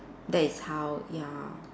that is how ya